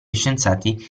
scienziati